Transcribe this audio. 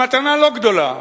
המתנה לא גדולה,